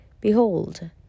behold